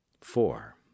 four